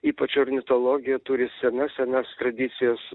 ypač ornitologija turi senas senas tradicijas